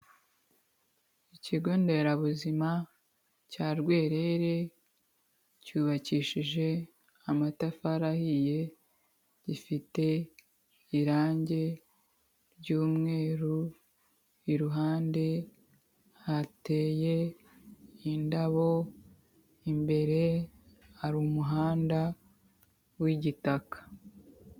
Ikigo nderabuzima cya Rwerere cyubakishije amatafari ahiye afite irangi ry'umweru iruhande hateye indabo imbere hari umuhanda w'igitaka.